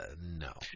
no